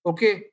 Okay